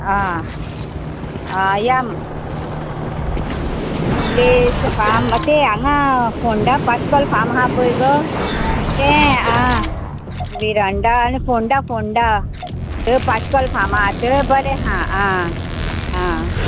आं या place farm तें हांगां फोंडा पाश्कोल फार्म आहा पय गो तें आ बिरोंडा नू फोंडा फोंडा पाश्कोल फार्म आहा तेय बरें आहा आ आ